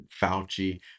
Fauci